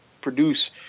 produce